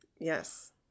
Yes